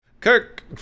kirk